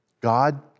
God